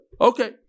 okay